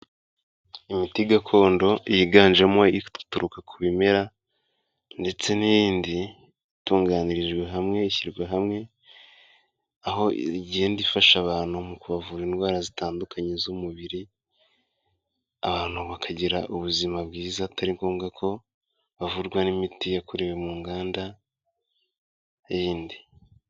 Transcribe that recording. Imiti gakondo yiganjemo ituruka ku bimera ndetse n'iyindi itunganirijwe hamwe, ishyirwa hamwe aho igenda ifasha abantu mu kubavura indwara zitandukanye z'umubiri, abantu bakagira ubuzima bwiza atari ngombwa ko bavurwa n'imiti yakorewe mu nganda yindi.